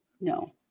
no